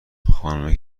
خانومه